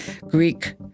Greek